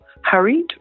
hurried